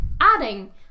adding